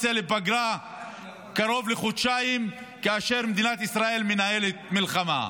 על איך נצא לפגרה של קרוב לחודשיים כאשר מדינת ישראל מנהלת מלחמה.